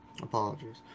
Apologies